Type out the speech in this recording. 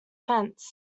fence